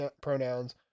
pronouns